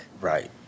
Right